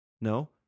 no